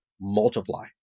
multiply